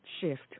shift